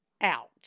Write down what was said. out